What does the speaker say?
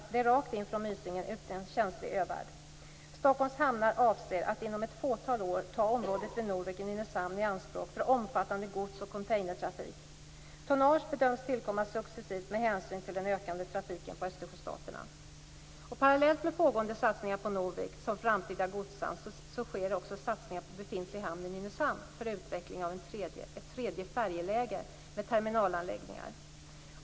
Den ligger rakt in från Mysingen som inte har någon känslig övärld. Stockholms hamnar avser att inom ett fåtal år ta området vid Norvik i Nynäshamn i anspråk för omfattande gods och containertrafik. Tonnage bedöms tillkomma successivt med hänsyn till den ökande trafiken på Östersjöstaterna. Parallellt med pågående satsningar på Norvik som framtida godshamn sker även satsningar på den befintliga hamnen i Nynäshamn för utveckling av ett tredje färjeläge med terminalanläggningar.